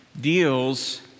deals